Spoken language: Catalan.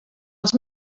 els